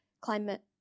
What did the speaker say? climate